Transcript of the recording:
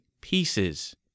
pieces